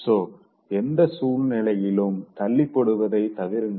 so எந்த சூழ்நிலையிலும் தள்ளிப் போடுவதை தவிருங்கள்